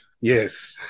Yes